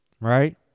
right